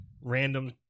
random